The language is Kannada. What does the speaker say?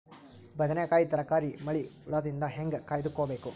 ಬದನೆಕಾಯಿ ತರಕಾರಿ ಮಳಿ ಹುಳಾದಿಂದ ಹೇಂಗ ಕಾಯ್ದುಕೊಬೇಕು?